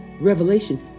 Revelation